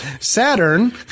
Saturn